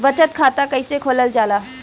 बचत खाता कइसे खोलल जाला?